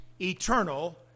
eternal